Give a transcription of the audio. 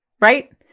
Right